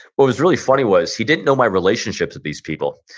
what was really funny was he didn't know my relationships with these people,